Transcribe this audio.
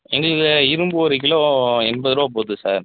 எங்களுக்கு இரும்பு ஒரு கிலோ எண்பது ருபா போகுது சார்